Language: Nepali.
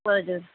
हजुर